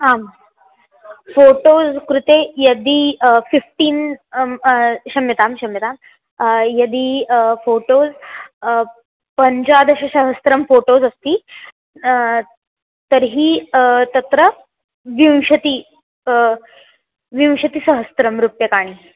आं फ़ोटो कृते यदि फ़िफ़्टीन् क्षम्यतां क्षम्यतां यदि फ़ोटोस् पञ्चादशसहस्रं फ़ोटोस् अस्ति तर्हि तत्र विंशतिः विंशतिसहस्रं रूप्यकाणि